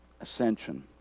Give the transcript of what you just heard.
ascension